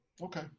Okay